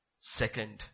Second